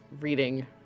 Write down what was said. reading